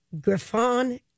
Griffon